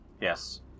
Yes